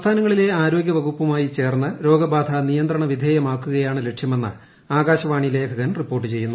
സംസ്ഥാനങ്ങളിലെ ആരോഗ്യ പ്രിക്കുപ്പുമായി ചേർന്ന് രോഗബാധ നിയന്ത്രണവിധ്യമിക്കുകയാണ് ലക്ഷ്യമെന്ന് ആകാശവാണി ലേഖകൻ ് റിപ്പോർട്ട് ചെയ്യുന്നു